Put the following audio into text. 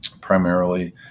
primarily